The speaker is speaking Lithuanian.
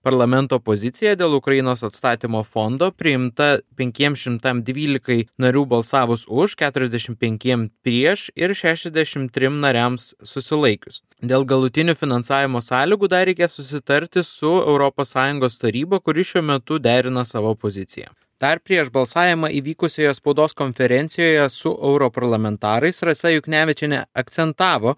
parlamento pozicija dėl ukrainos atstatymo fondo priimta penkiem šimtam dvylikai narių balsavus už keturiasdešim penkiem prieš ir šešiasdešim trim nariams susilaikius dėl galutinių finansavimo sąlygų dar reikės susitarti su europos sąjungos taryba kuri šiuo metu derina savo poziciją dar prieš balsavimą įvykusioje spaudos konferencijoje su europarlamentarais rasa juknevičienė akcentavo